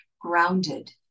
grounded